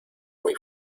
muy